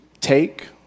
take